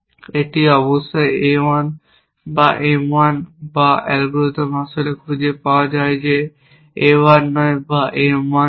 এটি অবশ্যই A 1 বা M 1 এবং অ্যালগরিদম আসলে খুঁজে পায় যে হয় A 1 নয় বা M 1 নয়